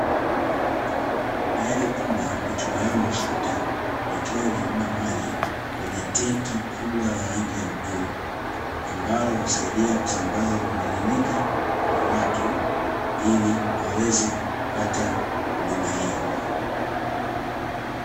Gari kubwa litumialo Mafuta likiwa limebeba maji kwenye tenki kubwa la rangi ya bluu, ambalo husaidia kusambaza vimiminika kwa watu ili waweze kupata huduma hiyo.